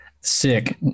sick